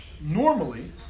normally